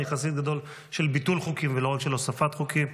אני חסיד גדול של ביטול חוקים ולא רק של הוספת חוקים.